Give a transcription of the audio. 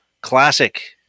Classic